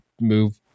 move –